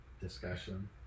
discussion